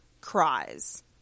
cries